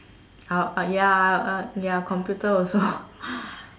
I'll ah ya uh ya computer also